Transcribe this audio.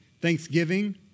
thanksgiving